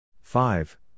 five